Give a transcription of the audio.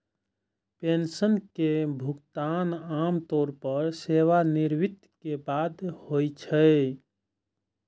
pension के भुगतान आम तौर पर सेवानिवृत्ति के बाद होइ छै